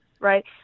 right